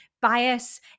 bias